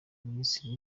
minisitiri